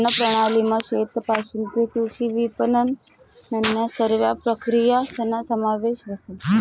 अन्नप्रणालीमा शेतपाशीन तै कृषी विपनननन्या सरव्या प्रक्रियासना समावेश व्हस